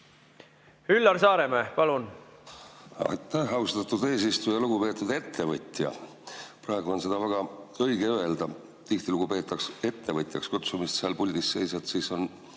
Üllar Saaremäe, palun! Aitäh, austatud eesistuja! Lugupeetud ettevõtja! Praegu on seda väga õige öelda. Tihtilugu peetakse ettevõtjaks kutsumist seal puldis seisja kohta